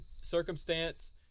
circumstance